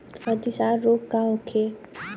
अतिसार रोग का होखे?